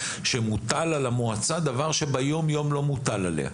ומוטל על המועצה דבר שביום-יום לא מוטל עליה.